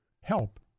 help